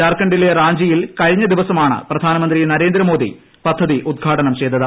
ജാർഖണ്ഡിലെ റാഞ്ചിയിൽ കഴിഞ്ഞ ദ്ദിവ്സമാണ് പ്രധാനമന്ത്രി നരേന്ദ്രമോദി പദ്ധതി ഉദ്ഘാട്ടന്റ ച്ചെയ്തത്